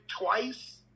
twice